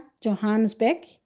Johannesburg